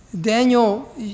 Daniel